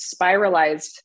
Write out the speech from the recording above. spiralized